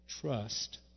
trust